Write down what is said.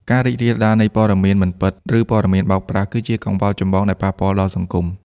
ការរីករាលដាលនៃ ព័ត៌មានមិនពិត ឬព័ត៌មានបោកប្រាស់ គឺជាកង្វល់ចម្បងដែលប៉ះពាល់ដល់សង្គម។